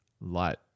light